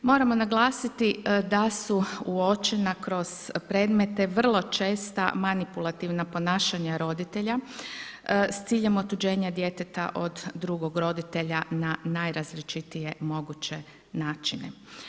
Moramo naglasiti da su uočena kroz predmete vrlo česta manipulativna ponašanja roditelja s ciljem otuđenja djeteta od drugog roditelja na najrazličitije moguće načine.